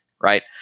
right